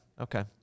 Okay